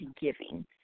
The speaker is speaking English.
giving